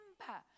remember